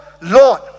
lord